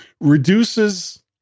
reduces